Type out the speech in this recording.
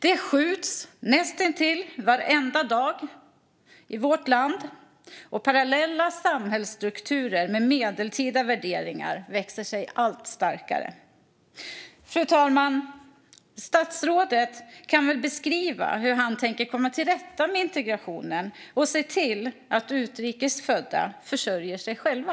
Det skjuts näst intill varenda dag i vårt land, och parallella samhällsstrukturer med medeltida värderingar växer sig allt starkare. Fru talman! Statsrådet kan väl beskriva hur han tänker komma till rätta med integrationen och se till att utrikes födda försörjer sig själva.